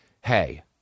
Hey